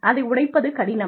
அதை உடைப்பது கடினம்